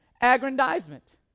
aggrandizement